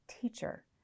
teacher